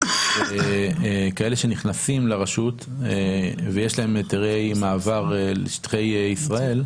כאלה שנכנסים לרשות ויש להם היתרי מעבר לשטחי ישראל?